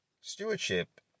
Stewardship